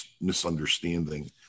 misunderstanding